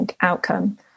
outcome